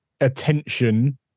attention